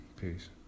Peace